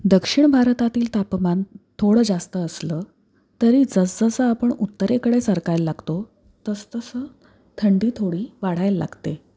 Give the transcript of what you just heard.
दक्षिण भारतातील तापमान थोडं जास्त असलं तरी जसजसं आपण उत्तरेकडे सरकायला लागतो तसतसं थंडी थोडी वाढायला लागते